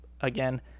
Again